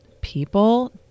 People